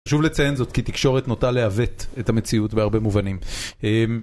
חשוב לציין זאת כי תקשורת נוטה להוות את המציאות בהרבה מובנים.